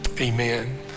amen